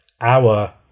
hour